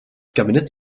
kabinet